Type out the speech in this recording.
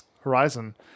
Horizon